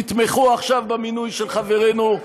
תתמכו עכשיו במינוי של חברנו,